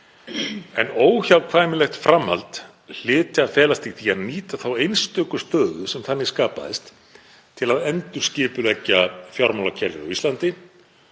en óhjákvæmilegt framhald hlyti að felast í því að nýta þá einstöku stöðu sem þannig skapaðist til að endurskipuleggja fjármálakerfið á Íslandi